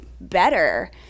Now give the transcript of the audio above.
better